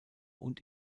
und